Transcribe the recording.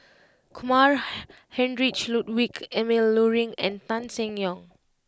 Kumar Heinrich Ludwig Emil Luering and Tan Seng Yong